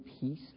peace